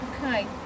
Okay